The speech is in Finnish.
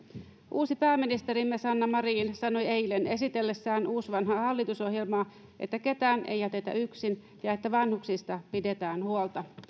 uusi pääministerimme sanna marin sanoi eilen esitellessään uusvanhaa hallitusohjelmaa että ketään ei jätetä yksin ja että vanhuksista pidetään huolta